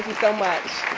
so much.